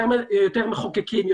יותר מחוקקים,